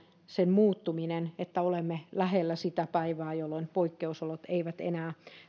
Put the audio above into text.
sen että olemme lähellä sitä päivää jolloin poikkeusolot eivät enää